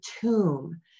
tomb